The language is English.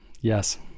yes